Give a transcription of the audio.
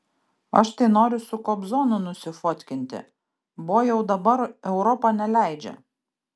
aš tai noriu su kobzonu nusifotkinti bo jau dabar europa neleidžia